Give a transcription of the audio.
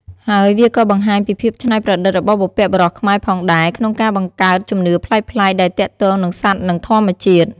ហើយវាក៏បង្ហាញពីភាពច្នៃប្រឌិតរបស់បុព្វបុរសខ្មែរផងដែរ ក្នុងការបង្កើតជំនឿប្លែកៗដែលទាក់ទងនឹងសត្វនិងធម្មជាតិ។